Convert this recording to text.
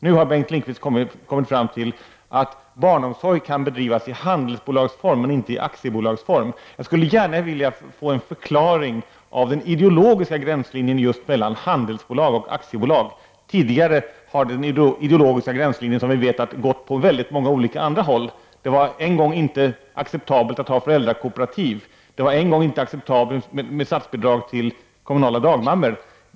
Nu har Bengt Lindqvist kommit fram till att barnomsorg kan bedrivas i handelsbolagsform men inte i aktiebolagsform. Jag skulle gärna vilja ha en förklaring av den ideologiska gränslinjen mellan just handelsbolag och aktiebolag. Tidigare har den ideologiska gränslinjen gått på många olika andra håll. En gång var det inte acceptabelt att ha föräldrakooperativ. Det var en gång inte acceptabelt med statsbidrag till kommunala dagmammor.